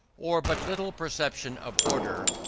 or but little perception of order,